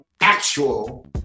actual